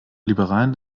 liberalen